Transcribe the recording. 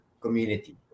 community